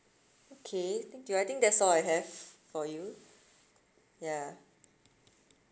okay thank you I think that's all I have for you ya